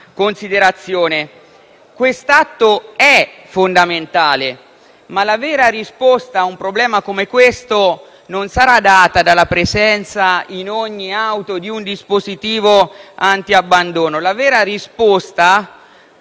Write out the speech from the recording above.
un'ultima considerazione. Quest'atto è fondamentale, ma la vera risposta a un problema come quello in esame non sarà data dalla presenza in ogni auto di un dispositivo antiabbandono,